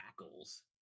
tackles